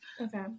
Okay